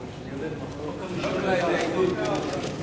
אני שמחה ומברכת על תיקון העוול.